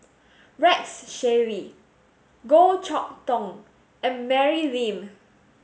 Rex Shelley Goh Chok Tong and Mary Lim